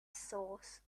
sauce